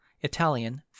Italian